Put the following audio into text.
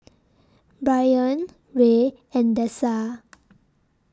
Bryan Rey and Dessa